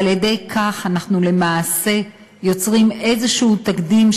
ועל-ידי כך אנחנו למעשה יוצרים איזשהו תקדים,